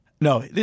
No